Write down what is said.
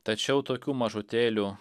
tačiau tokių mažutėlių